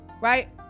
right